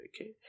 Okay